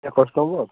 ଟିକିଏ କଷ୍ଟ ହବ ଆଉ